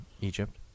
Egypt